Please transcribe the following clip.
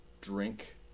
Drink